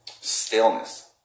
staleness